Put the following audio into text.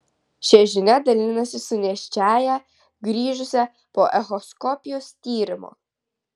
šia žinia dalinasi su nėščiąja grįžusia po echoskopijos tyrimo